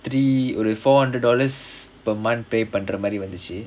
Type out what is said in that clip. three ஒரு:oru four hundred dollars per month pay பண்ற மாரி வந்துச்சு:pandra maari vanthuchu